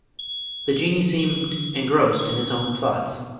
the jinnee seemed engrossed in his own thoughts,